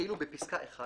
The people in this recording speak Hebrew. כאילו בפסקה (1),